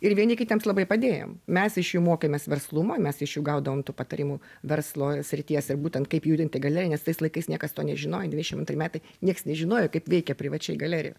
ir vieni kitiems labai padėjom mes iš jų mokėmės verslumo mes iš jų gaudavom tų patarimų verslo srities ir būtent kaip judinti galeriją nes tais laikais niekas to nežinojo devyniasdešim antri metai nieks nežinojo kaip veikia privačiai galerija